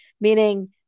Meaning